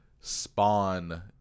spawn